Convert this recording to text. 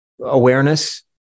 awareness